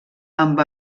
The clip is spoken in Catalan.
amb